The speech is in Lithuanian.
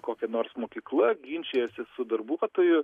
kokia nors mokykla ginčijasi su darbuotoju